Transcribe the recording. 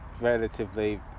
relatively